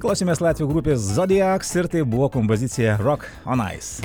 klausėmės latvių grupės zodiaks ir tai buvo kompozicija rok on ais